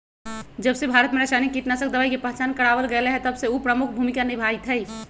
जबसे भारत में रसायनिक कीटनाशक दवाई के पहचान करावल गएल है तबसे उ प्रमुख भूमिका निभाई थई